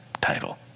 title